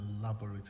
elaborate